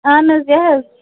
اہن حظ یہِ حظ